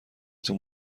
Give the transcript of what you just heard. تون